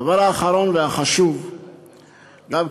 הדבר האחרון והחשוב גם כן,